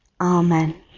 Amen